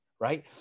right